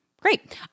Great